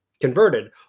converted